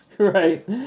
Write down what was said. Right